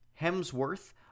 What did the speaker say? Hemsworth